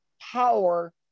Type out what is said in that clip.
power